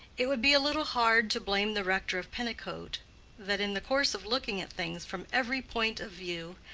it would be a little hard to blame the rector of pennicote that in the course of looking at things from every point of view,